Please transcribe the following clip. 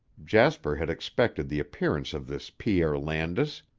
jasper had expected the appearance of this pierre landis,